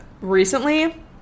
recently